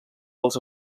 pels